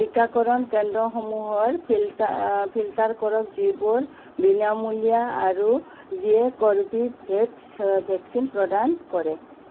টিকাকৰণ কেন্দ্ৰসমূহৰ filter filter কৰক যিবোৰ বিনামূলীয়া আৰু যিয়ে কৰ্বী ভেক্স ভেকচিন প্ৰদান কৰে